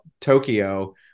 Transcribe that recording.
Tokyo